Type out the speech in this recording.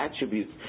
attributes